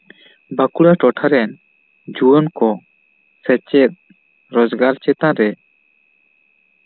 ᱵᱟᱸᱠᱩᱲᱟ ᱴᱚᱴᱷᱟ ᱨᱮᱱ ᱡᱩᱣᱟᱹᱱ ᱠᱚ ᱥᱮᱪᱮᱫ ᱨᱳᱡᱜᱟᱨ ᱪᱮᱛᱟᱱ ᱨᱮ